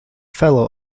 fellow